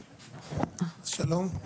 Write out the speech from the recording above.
שלום.